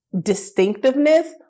distinctiveness